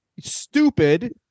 stupid